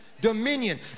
dominion